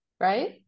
right